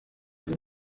ari